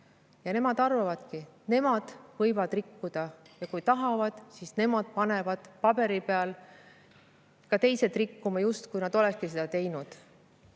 Nemad arvavadki, et nemad võivad rikkuda, ja kui tahavad, siis nemad panevad paberi peal ka teised rikkuma, justkui nad olekski seda teinud.